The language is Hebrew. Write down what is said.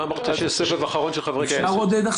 אמרת שיהיה סבב אחרון של חברי כנסת.